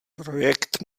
projekt